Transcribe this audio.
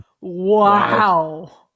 Wow